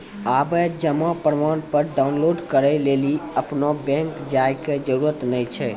आबे जमा प्रमाणपत्र डाउनलोड करै लेली अपनो बैंक जाय के जरुरत नाय छै